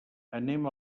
anem